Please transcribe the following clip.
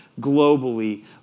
globally